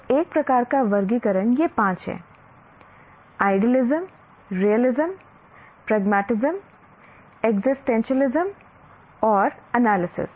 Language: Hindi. तो एक प्रकार का वर्गीकरण यह पांच है आइडियलिज्म रियलिज्म प्रगमतिस्म एक्जिस्टेंशलिज्म और एनालिसिस